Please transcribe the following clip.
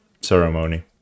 ceremony